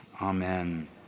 Amen